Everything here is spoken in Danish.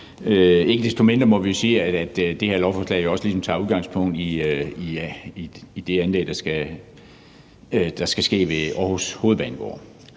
Ikke desto mindre må vi sige, at det her lovforslag jo ligesom også tager udgangspunkt i det anlæg, der skal ske ved Aarhus Hovedbanegård.